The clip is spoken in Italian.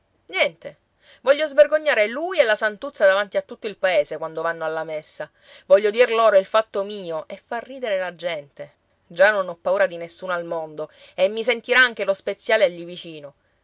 niente voglio svergognare lui e la santuzza davanti a tutto il paese quando vanno alla messa voglio dir loro il fatto mio e far ridere la gente già non ho paura di nessuno al mondo e mi sentirà anche lo speziale lì vicino